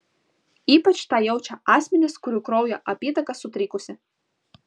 ypač tą jaučia asmenys kurių kraujo apytaka sutrikusi